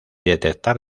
detectar